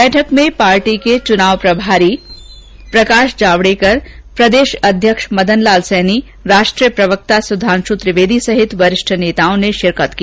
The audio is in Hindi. बैठक में पार्टी के चुनाव प्रभारी प्रकाष जावडेकर प्रदेष अध्यक्ष मदन लाल सैनी राष्ट्रीय प्रवक्ता सुधांषु त्रिवेदी सहित वरिष्ठ नेताओं ने षिरकत की